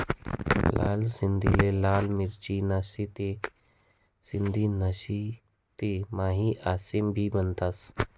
लाल सिंधीले लाल मिरची, नहीते सिंधी नहीते माही आशे भी म्हनतंस